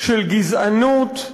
של גזענות,